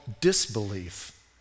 disbelief